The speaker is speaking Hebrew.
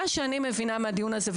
מה שאני מבינה מהדיון הזה,